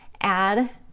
add